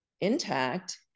intact